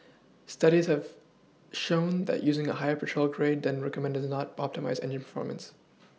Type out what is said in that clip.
Studies have shown that using a higher petrol grade than recommended does not optimise engine performance